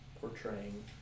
portraying